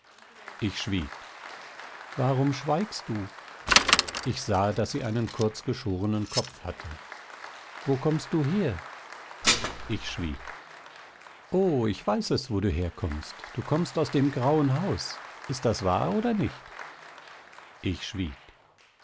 ich schwieg warum schweigst du sie sah daß ich einen kurzgeschorenen kopf hatte wo kommst du her ich schwieg o ich weiß es wo du herkommst du kommst aus dem grauen haus ist das wahr oder nicht ich schwieg